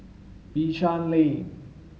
Bishan Lane